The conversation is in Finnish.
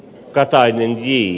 katainen hi i